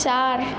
চার